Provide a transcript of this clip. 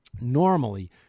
Normally